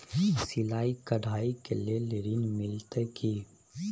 सिलाई, कढ़ाई के लिए ऋण मिलते की?